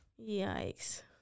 Yikes